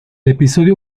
episodio